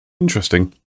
Interesting